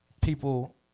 people